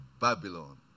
Babylon